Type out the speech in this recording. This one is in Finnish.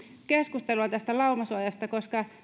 keskustelua tästä laumasuojasta koska